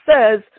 says